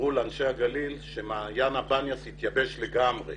סיפרו לאנשי הגליל שמעיין הבניאס התייבש לגמרי.